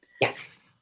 Yes